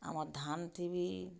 ଆମ ଧାନ ଥିବି